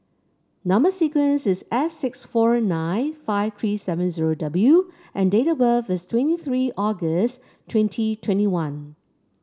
number sequence is S six four nine five three seven zero W and date of birth is twenty three August twenty twenty one